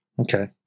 Okay